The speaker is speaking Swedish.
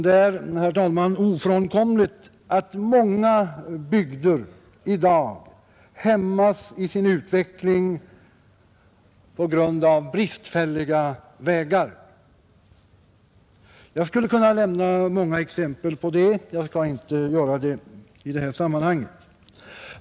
Det är, herr talman, ofrånkomligt att många bygder i dag hämmas i sin utveckling på grund av bristfälliga vägar. Jag skulle kunna lämna många exempel på det. Jag skall inte göra det i detta sammanhang.